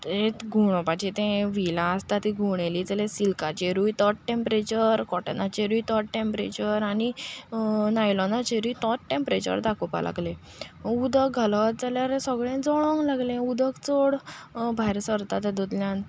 तें घुवडोवपाचें तें विलां आसता तीं घुवडयलीं जाल्यार सिल्काचेरूय तोच टॅम्प्रेचर कॉटनाचेरूय तोच टॅम्प्रेचर आनी नायलोनाचेरूय तोच टॅम्प्रेचर दाखोवपाक लागले उदक घालत जाल्यार सगळें जळोंक लागलें उदक चड भायर सरता तातुंतल्यान